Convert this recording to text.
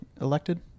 elected